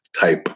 type